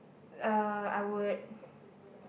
uh I would